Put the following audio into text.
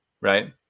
right